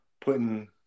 putting